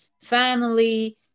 family